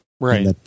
Right